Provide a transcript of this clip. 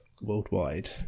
worldwide